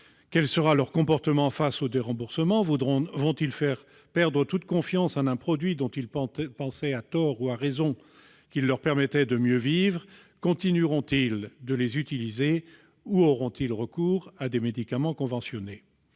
Quel sera leur comportement face au déremboursement ? Vont-ils perdre toute confiance en un produit dont ils pensaient- à tort ou à raison -qu'il leur permettait de mieux vivre ? Continueront-ils de les utiliser ou auront-ils recours à des médicaments conventionnés ?